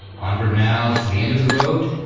onward now to the end of the road,